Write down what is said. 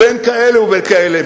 בין כאלה ובין כאלה,